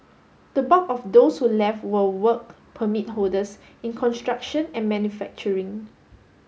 the bulk of those who left were Work Permit holders in construction and manufacturing